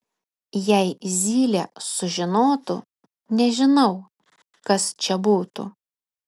jei zylė sužinotų nežinau kas čia būtų